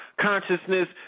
consciousness